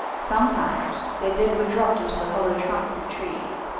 sometimes their dead were dropped into the hollow trunks of trees,